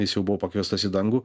jis jau buvo pakviestas į dangų